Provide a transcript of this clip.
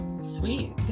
Sweet